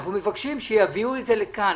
אנחנו מבקשים שיביאו את זה לכאן,